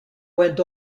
went